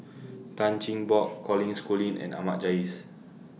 Tan Cheng Bock Colin Schooling and Ahmad Jais